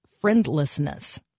friendlessness